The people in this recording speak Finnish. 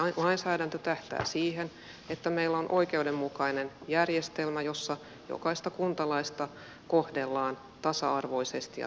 meidän lainsäädäntö tähtää siihen että meillä on oikeudenmukainen järjestelmä jossa jokaista kuntalaista kohdellaan tasa arvoisesti ja samalla tavalla